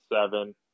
seven